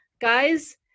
guys